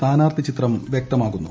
സ്ഥാനാർത്ഥി ചിത്രം വൃക്ത്മാകുന്നു